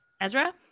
Ezra